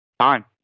time